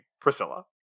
Priscilla